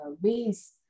ways